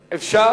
אדוני, לא ככה.